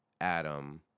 Adam